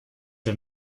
der